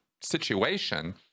situation